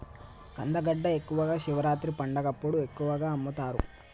కందగడ్డ ఎక్కువగా శివరాత్రి పండగప్పుడు ఎక్కువగా అమ్ముతరు